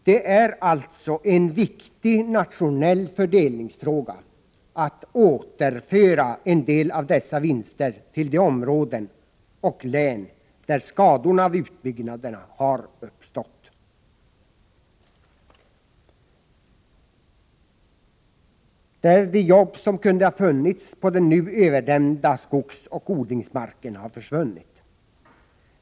Det är alltså en viktig nationell fördelningsfråga att återföra en del av dessa vinster till de områden och län där skadorna av utbyggnaderna har uppstått och där de jobb som kunde ha funnits på den nu överdämda skogsoch odlingsmarken har försvunnit.